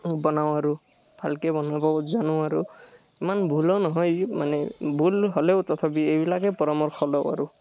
বনাওঁ আৰু ভালকৈ বনাব জানো আৰু ইমান ভুলো নহয় মানে ভুল হ'লেও তথাপি এইবিলাকেই পৰামৰ্শ লওঁ আৰু